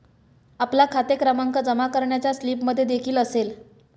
आपला खाते क्रमांक जमा करण्याच्या स्लिपमध्येदेखील असेल